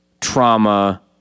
trauma